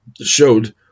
showed